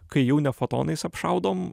kai jau ne fotonais apšaudom